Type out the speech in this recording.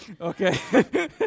Okay